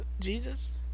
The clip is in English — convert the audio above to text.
jesus